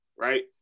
right